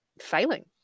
failing